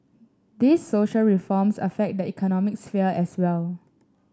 these social reforms affect the economic sphere as well